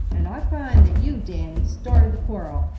and i find that you, danny, started the quarrel.